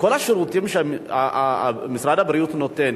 כל השירותים שמשרד הבריאות נותן,